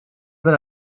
that